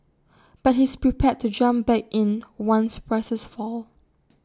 but he's prepared to jump back in once prices fall